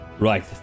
Right